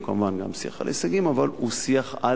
הוא כמובן גם שיח על הישגים אבל הוא שיח על